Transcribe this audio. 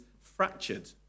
fractured